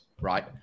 right